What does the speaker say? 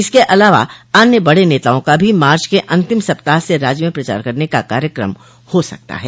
इसके अलावा अन्य बड़े नेताओं का भी मार्च के अंतिम सप्ताह से राज्य में प्रचार करने का कार्यक्रम हो सकता है